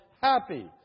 happy